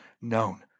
known